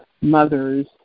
mothers